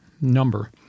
number